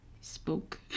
spoke